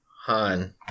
Han